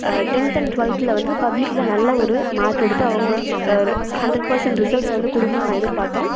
tenth and டுவெல்த்தில் பப்ளிக்கில் நல்ல ஒரு மார்க் எடுத்து அவங்க ஹண்ட்ரட் பெர்ஸன்ட் ரிசல்ட்ஸ் வந்து கொடுக்கணுனு நான் எதிர்பார்த்தேன்